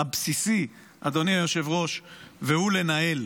הבסיסי, אדוני היושב-ראש, והוא לנהל,